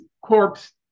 corpse